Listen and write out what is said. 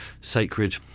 sacred